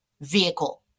vehicle